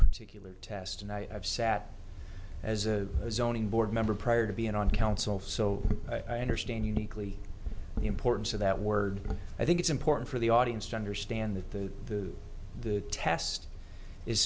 particular test and i've sat as a zoning board member prior to being on council so i understand uniquely the importance of that word i think it's important for the audience to understand that the the test is